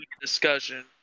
discussion